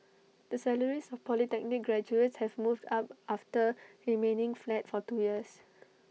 the salaries of polytechnic graduates have moved up after remaining flat for two years